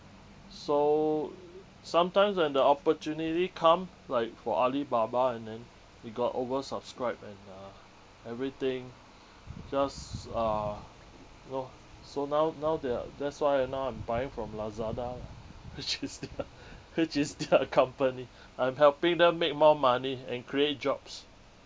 so sometimes when the opportunity come like for alibaba and then they got oversubscribed and uh everything just uh you know so now now they are that's why uh now I'm buying from lazada lah which is their which is their uh company I'm helping them make more money and create jobs